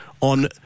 on